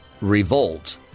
revolt